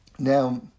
Now